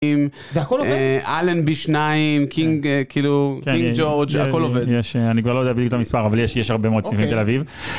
והכל עובד? אלנבי שניים, קינג, כאילו, קינג ג'ורג', הכל עובד. אני כבר לא יודע בדיוק את המספר, אבל יש הרבה מאוד סניפים בתל אביב.